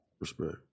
Respect